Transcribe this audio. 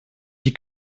die